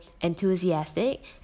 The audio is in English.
enthusiastic